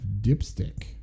Dipstick